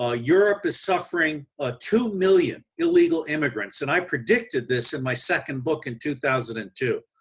ah europe is suffering a two million illegal immigrants and i predicted this in my second book in two thousand and two.